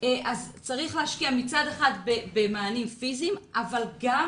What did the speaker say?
צריך להשקיע מצד אחד במענים פיזיים אבל גם